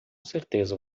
certeza